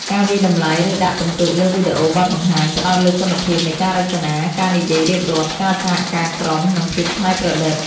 ការវាយតម្លៃ ឬដាក់ពិន្ទុលើវីដេអូបទបង្ហាញ ផ្តោតលើគុណភាពនៃការរចនា ការនិយាយរៀបរាប់ ការសហការក្រុម និងភាពច្នៃប្រឌិត។